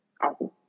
awesome